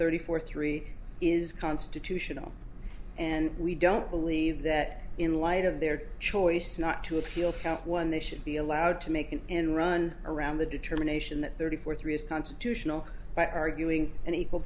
thirty four three is constitutional and we don't believe that in light of their choice not to appeal count one they should be allowed to make an end run around the determination that thirty four three is constitutional by arguing an equal